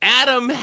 adam